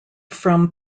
from